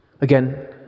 Again